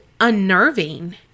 unnerving